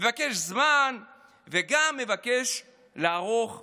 מבקש זמן וגם מבקש לערוך שינויים.